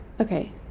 Okay